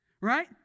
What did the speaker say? right